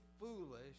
foolish